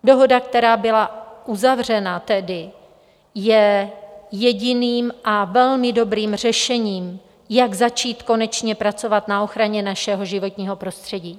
Dohoda, která byla tedy uzavřena, je jediným a velmi dobrým řešením, jak začít konečně pracovat na ochraně našeho životního prostředí.